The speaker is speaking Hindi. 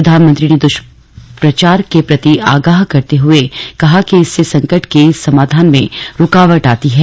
प्रधानमंत्री ने दुष्प्रचार के प्रति आगाह करते हुए कहा कि इससे संकट के समाधान में रूकावट आती है